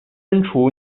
删除